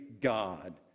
God